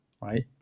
right